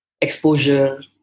exposure